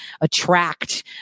attract